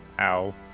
Ow